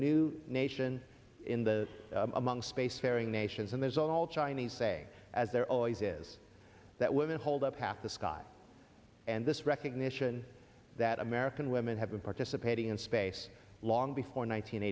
new nation in the among spacefaring nations and there's all chinese saying as there always is that women hold up half the sky and this recognition that american women have been participating in space long before nine